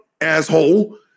asshole